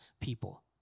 people